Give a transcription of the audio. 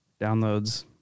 downloads